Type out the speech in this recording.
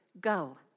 go